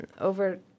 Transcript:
over